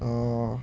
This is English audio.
oh